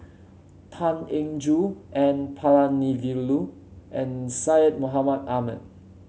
Tan Eng Joo N Palanivelu and Syed Mohamed Ahmed